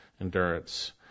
endurance